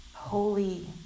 holy